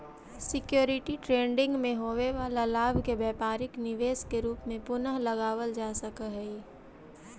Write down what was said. security trading में होवे वाला लाभ के व्यापारिक निवेश के रूप में पुनः लगावल जा सकऽ हई